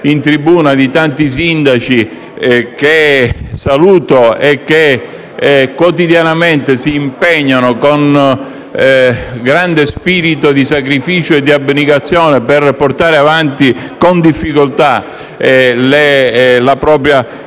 in tribuna, che saluto e che quotidianamente si impegnano, con grande spirito di sacrificio e abnegazione, per portare avanti con difficoltà la propria